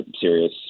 serious